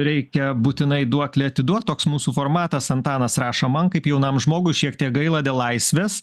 reikia būtinai duoklę atiduot toks mūsų formatas antanas rašo man kaip jaunam žmogui šiek tiek gaila del laisvės